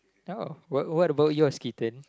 ya what what about yours Keaton